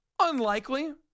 Unlikely